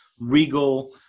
regal